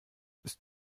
ist